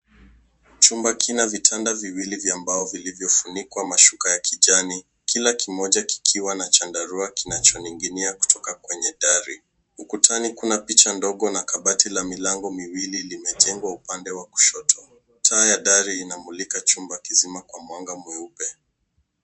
Chumba kina vitanda viwili vya mbao vilivyofunikwa mashuka ya kijani, kila kimoja kikiwa na chandarua kinachoning'inia kutoka kwenye dari. Ukutani kuna picha ndogo na kabati la milango miwili limejengwa upande wa kushoto. Taa ya dari inamulika chumba kizima kwa mwanga mweupe.